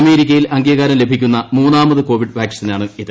അമേരിക്കയിൽ അംഗീകാരം ലഭിക്കുന്ന മൂന്നാമത് കോവിസ്ട് വാക്സിനാണിത്